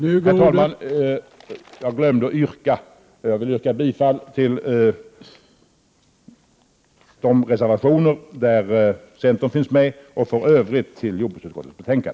Herr talman! Jag vill yrka bifall till de reservationer där centern finns med och i övrigt till jordbruksutskottets hemställan.